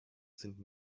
sind